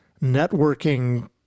networking